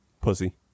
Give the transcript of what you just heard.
Pussy